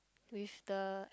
with the